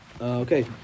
Okay